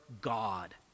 God